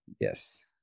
yes